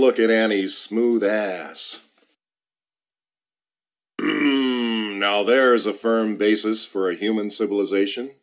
look at any smooth asks now there is a firm basis for a human civilization